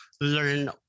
learn